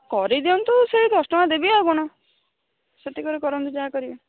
କରିଦିଅନ୍ତୁ ସେଇ ଦଶ ଟଙ୍କା ଦେବି ଆଉ କ'ଣ ସେତିକିରେ କରନ୍ତୁ ଯାହା କରିବେ